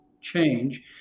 change